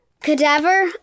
cadaver